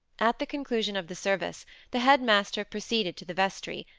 at the conclusion of the service the head-master proceeded to the vestry,